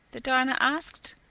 the diner asked.